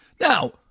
Now